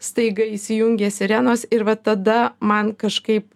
staiga įsijungė sirenos ir va tada man kažkaip